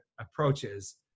approaches